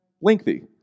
lengthy